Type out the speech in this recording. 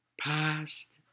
past